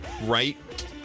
Right